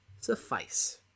suffice